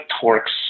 torques